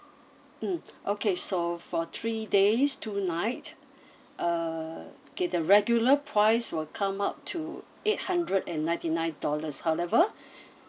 mm okay so for three days two night uh K the regular price will come up to eight hundred and ninety nine dollars however